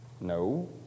No